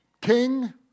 king